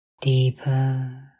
Deeper